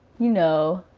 you know.